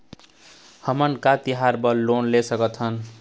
हमन का तिहार बर लोन ले सकथन?